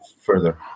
further